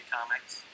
Comics